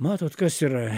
matot kas yra